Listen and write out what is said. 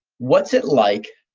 what's it like,